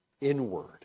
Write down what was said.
inward